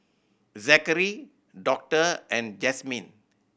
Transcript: Zackery Doctor and Jazmyn